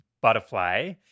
Butterfly